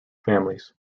families